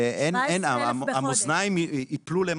האוזניים יפלו למטה.